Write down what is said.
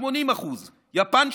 80%; יפן,